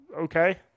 okay